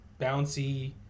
bouncy